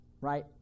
right